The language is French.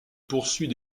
poursuit